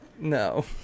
No